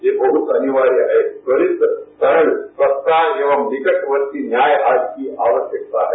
यह बहत अनिवार्य है त्वरित सरल सस्ता व निकटवर्ती न्याय आदि की आवश्यकता है